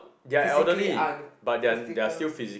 physically un physical